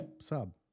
sub